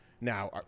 now